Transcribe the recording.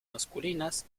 masculinas